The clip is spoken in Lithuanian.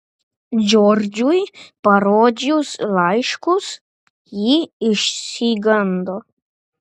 džordžui parodžius laiškus ji išsigando